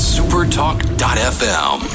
Supertalk.fm